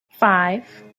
five